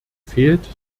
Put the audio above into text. fehlt